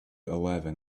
eleven